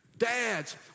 Dads